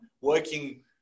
working